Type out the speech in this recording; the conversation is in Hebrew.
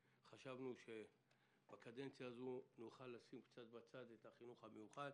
חשבנו שבקדנציה הזו נוכל לשים קצת בצד את החינוך המיוחד.